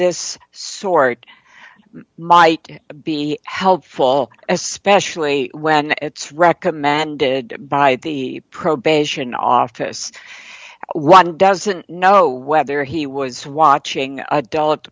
this sort might be helpful especially when it's recommended by the probation office one doesn't know whether he was watching adult